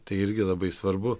tai irgi labai svarbu